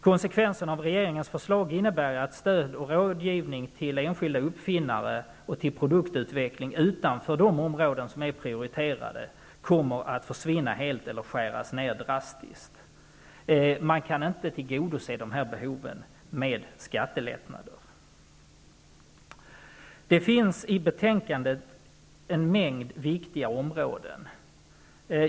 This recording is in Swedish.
Konsekvenserna av regeringens förslag blir att stöd och rådgivning till enskilda uppfinnare och till produktutveckling utanför de områden som är prioriterade kommer att försvinna helt eller skäras ned drastiskt. Man kan inte tillgodose dessa behov med skattelättnader. Det finns i betänkandet en mängd viktiga områden.